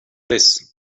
this